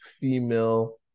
female